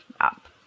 up